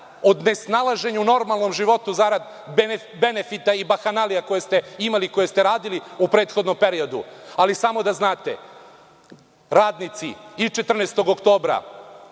od nesnalaženja u normalnom životu zarad benefita i bahanalija koje ste imali i koje ste radili u prethodnom periodu. Ali, samo da znate, radnici i „14. oktobra“